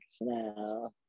now